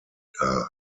dar